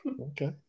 Okay